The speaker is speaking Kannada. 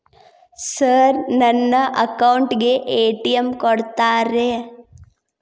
ಸರ್ ನನ್ನ ಅಕೌಂಟ್ ಗೆ ಎ.ಟಿ.ಎಂ ಕೊಡುತ್ತೇರಾ?